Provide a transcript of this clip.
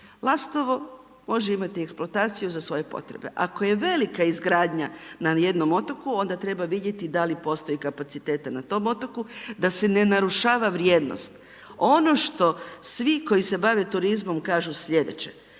Lastovo može imati eksploataciju za svoje potrebe. Ako je velika izgradnja na jednom otoku, onda treba vidjeti da li postoje kapaciteti na tom otoku, da se ne narušava vrijednost. Ono što svi koji se bave turizmom kažu slijedeće,